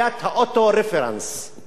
שאני הרפרנס של עצמי.